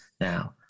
now